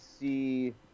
see